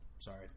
sorry